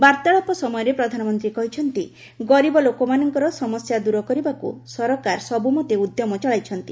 ବାର୍ତ୍ତାଳାପ ସମୟରେ ପ୍ରଧାନମନ୍ତ୍ରୀ କହିଛନ୍ତି ଗରିବ ଲୋକମାନଙ୍କର ସମସ୍ୟା ଦୂର କରିବାକୁ ସରକାର ସବୁମତେ ଉଦ୍ୟମ ଚଳାଇଛନ୍ତି